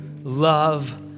love